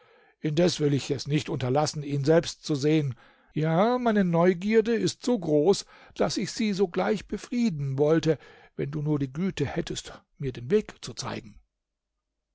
indes will ich nicht unterlassen ihn selbst zu sehen ja meine neugierde ist so groß daß ich sie sogleich befriedigen wollte wenn du nur die güte hättest mir den weg zu zeigen